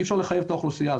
אי-אפשר לחייב את האוכלוסייה,